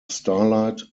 starlight